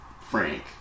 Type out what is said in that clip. Frank